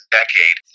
decade